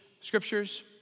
scriptures